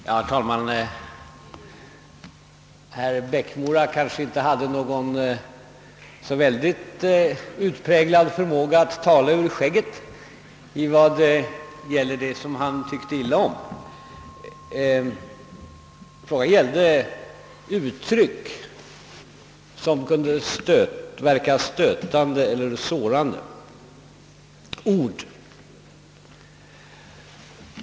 Herr talman! Herr Eriksson i Bäckmora kanske inte har en så utpräglad förmåga att tala ur skägget när det gäller det som han tycker illa om. Frågan gällde ord och uttryck, som kan verka stötande eller sårande.